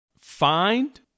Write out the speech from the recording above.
find